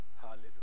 Hallelujah